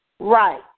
Right